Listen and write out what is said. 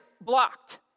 Blocked